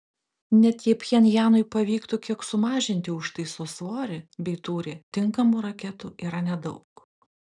net jei pchenjanui pavyktų kiek sumažinti užtaiso svorį bei tūrį tinkamų raketų yra nedaug